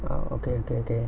ah okay okay okay